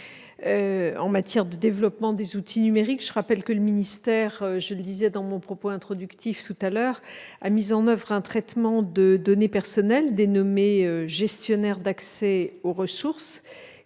en matière de développement des outils numériques. Je rappelle que le ministère, je l'indiquais dans mon propos introductif, a mis en oeuvre un traitement de données personnelles dénommé « Gestionnaire d'accès aux ressources »,